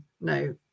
no